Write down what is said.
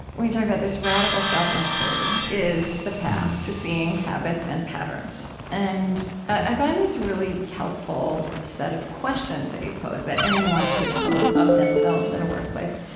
when you talk about this, radical self-inquiry is the path to seeing habits and patterns. and i find these a really helpful set of questions that you pose, that anyone could pose of themselves in a workplace.